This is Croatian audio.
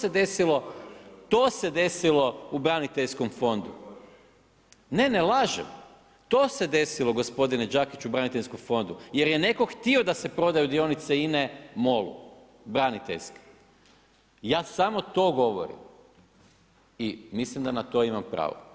Evo to se desilo u Braniteljskom fondu. … [[Upadica se ne razumije.]] Ne, ne lažem, to se desilo gospodine Đakiću u Braniteljskom fondu jer je netko htio da se prodaju dionice INA-e MOL-u braniteljske, ja samo to govorim i mislim da na to imam pravo.